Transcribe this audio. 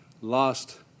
lost